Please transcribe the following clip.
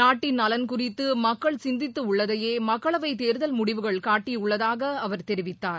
நாட்டின் நலன் குறித்து மக்கள் சிந்தித்து உள்ளதையே மக்களவை தேர்தல் முடிவுகள் காட்டியுள்ளதாக அவர் தெரிவித்தார்